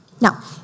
Now